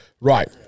Right